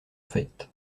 fait